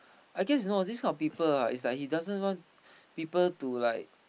I guess know this kind of people ah is like he doesn't want people to like